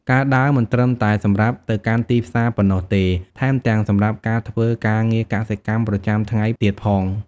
ការដើរមិនត្រឹមតែសម្រាប់ទៅកាន់ទីផ្សារប៉ុណ្ណោះទេ ថែមទាំងសម្រាប់ការធ្វើការងារកសិកម្មប្រចាំថ្ងៃទៀតផង។